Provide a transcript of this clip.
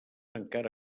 encara